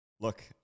look